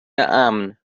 امن